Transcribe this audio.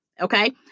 Okay